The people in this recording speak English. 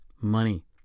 money